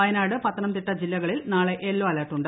വയനാട് പൃത്തനംതിട്ട ജില്ലകളിൽ നാളെ യെല്ലോ അലർട്ടുണ്ട്